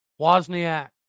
Wozniak